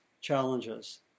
challenges